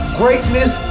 greatness